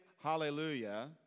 hallelujah